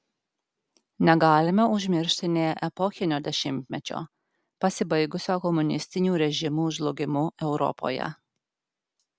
negalime užmiršti nė epochinio dešimtmečio pasibaigusio komunistinių režimų žlugimu europoje